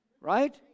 Right